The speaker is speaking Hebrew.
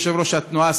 יושב-ראש התנועה,